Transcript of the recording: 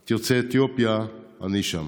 את יוצאי אתיופיה, אני שם.